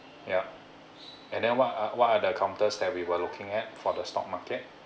yup and then what are what are the counters that we were looking at for the stock market